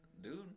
Dude